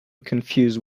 confused